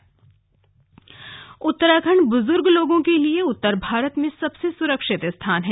सुरक्षित प्रदेश उत्तराखंड बुजुर्ग लोगों के लिए उत्तर भारत में सबसे सुरक्षित स्थान है